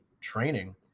training